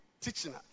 teaching